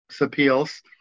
appeals